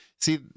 see